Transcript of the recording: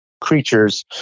creatures